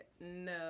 no